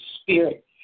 spirit